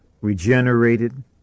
regenerated